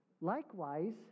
Likewise